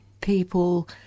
people